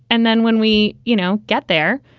and then when we, you know, get there,